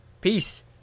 Peace